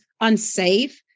unsafe